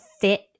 fit